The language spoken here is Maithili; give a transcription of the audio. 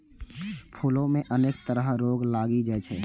फूलो मे अनेक तरह रोग लागि जाइ छै